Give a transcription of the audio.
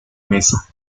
mesa